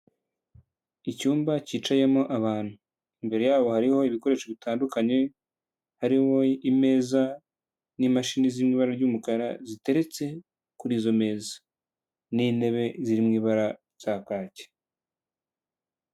Icyumba cyicayemo abantu. Imbere yabo hariho ibikoresho bitandukanye, hariho imeza n'imashini ziri mu ibara ry'umukara ziteretse kuri izo meza, n'intebe ziri mu ibara rya kaki.